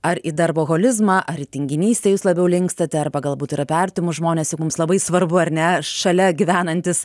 ar į darboholizmą ar į tinginystę jūs labiau linkstate arba galbūt ir apie artimus žmonės mums labai svarbu ar ne šalia gyvenantys